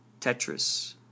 Tetris